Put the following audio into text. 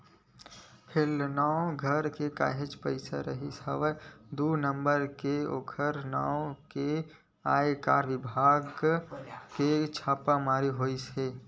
फेलनवा घर काहेच के पइसा रिहिस हवय दू नंबर के ओखर नांव लेके आयकर बिभाग के छापामारी होइस हवय